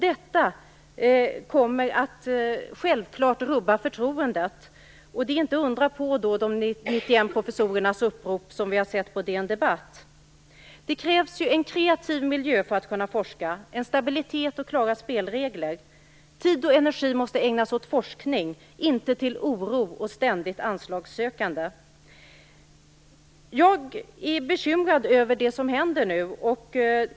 Detta kommer självklart att rubba förtroendet. Det är inte att undra på att de 91 professorernas upprop, som vi har sett på DN Debatt, har kommit. Det krävs en kreativ miljö för att man skall kunna forska, och det krävs stabilitet och klara spelregler. Tid och energi måste ägnas åt forskning, inte åt oro och ständigt anslagssökande. Jag är bekymrad över det som händer nu.